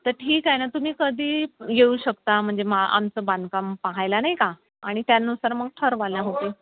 तर ठीक आहे ना तुम्ही कधी येऊ शकता म्हणजे मा आमचं बांधकाम पाहायला नाही का आणि त्यानुसार मग ठरवाल ना